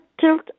tilt